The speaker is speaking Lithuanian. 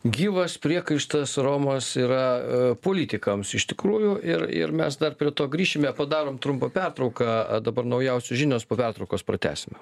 gyvas priekaištas romos yra a politikams iš tikrųjų ir ir mes dar prie to grįšime padarom trumpą pertrauką a dabar naujausios žinios po pertraukos pratęsime